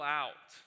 out